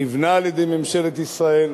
נבנה על-ידי ממשלת ישראל,